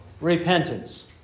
repentance